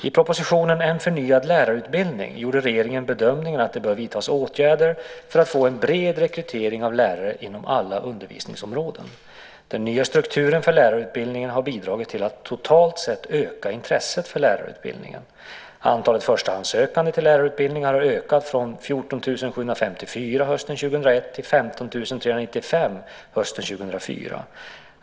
I propositionen En förnyad lärarutbildning gjorde regeringen bedömningen att det bör vidtas åtgärder för att få en bred rekrytering av lärare inom alla undervisningsområden. Den nya strukturen för lärarutbildning har bidragit till att totalt sett öka intresset för lärarutbildningen. Antalet förstahandssökande till lärarutbildningar har ökat från 14 745 hösten 2001 till 15 395 hösten 2004.